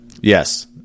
yes